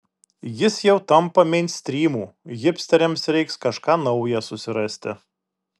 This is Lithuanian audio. jis jau tampa meinstrymu hipsteriams reiks kažką naują susirasti